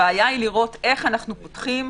הבעיה היא לראות איך אנחנו פותחים,